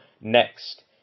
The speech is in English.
next